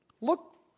Look